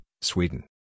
Sweden